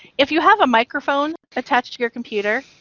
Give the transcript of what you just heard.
if you have a microphone attached to your computer,